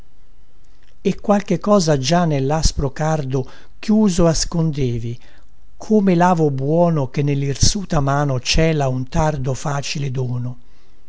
e qualche cosa già nellaspro cardo chiuso ascondevi come lavo buono che nellirsuta mano cela un tardo facile dono